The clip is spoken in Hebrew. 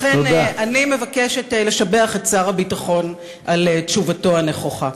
לכן אני מבקשת לשבח את שר הביטחון על תשובתו הנכוחה.